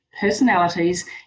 personalities